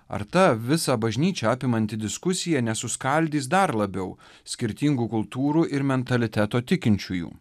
ar ta visą bažnyčią apimanti diskusija nesuskaldys dar labiau skirtingų kultūrų ir mentaliteto tikinčiųjų